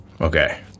Okay